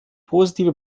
positive